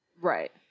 Right